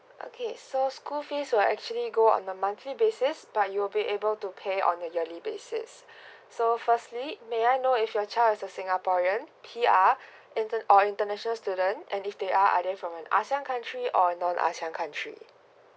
okay so school fees will actually go on a monthly basis but you'll be able to pay on a yearly basis so firstly may I know if your child is a singaporean P_R intern or international student and if they are either from an ASEAN country or non ASEAN country